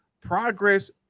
progress